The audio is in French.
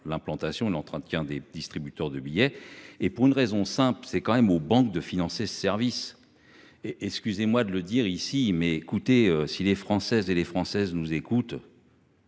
l'implantation de l'entretien des distributeurs de billets et pour une raison simple, c'est quand même aux banques de financer service. Et et, excusez-moi de le dire ici. Mais écoutez, si les Françaises et les Françaises nous écoute.